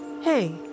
hey